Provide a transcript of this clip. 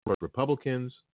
Republicans